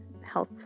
health